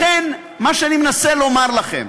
לכן, מה שאני מנסה לומר לכם,